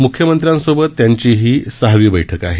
मुख्यमंत्र्यांसोबत त्यांची ही सहावी बैठक आहे